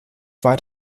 weit